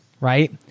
right